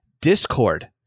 Discord